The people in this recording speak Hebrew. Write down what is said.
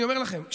אני אומר לכם,